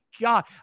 God